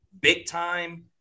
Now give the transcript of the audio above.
big-time